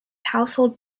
household